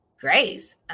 Grace